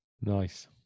Nice